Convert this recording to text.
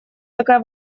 такая